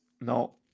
No